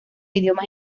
idiomas